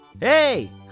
Hey